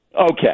Okay